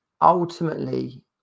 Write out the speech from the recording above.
ultimately